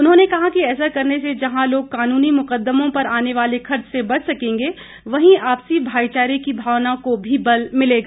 उन्होंने कहा कि ऐसा करने से जहां लोग कानूनी मुकद्दमों पर आने वाले खर्च से बच सकेंगे वहीं आपसी भाईचारे की भावना को भी बल मिलेगा